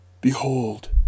Behold